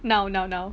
now now now